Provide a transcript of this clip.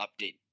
update